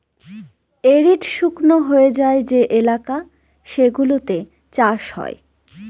arid শুকনো হয়ে যায় যে এলাকা সেগুলোতে চাষ হয়